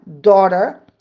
daughter